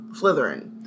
Slytherin